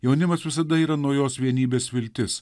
jaunimas visada yra naujos vienybės viltis